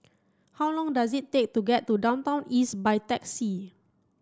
how long does it take to get to Downtown East by taxi